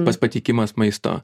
pats pateikimas maisto